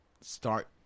start